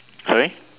sorry